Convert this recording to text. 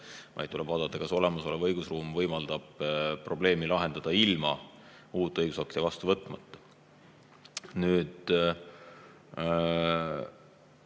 vaid tuleb vaadata, kas olemasolev õigusruum võimaldab probleemi lahendada ilma uut õigusakti vastu võtmata. Urmas